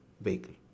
vehicle